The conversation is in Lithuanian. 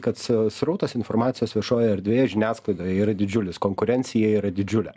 kad srautas informacijos viešojoj erdvėje žiniasklaidoj yra didžiulis konkurencija yra didžiulė